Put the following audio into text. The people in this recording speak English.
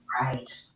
right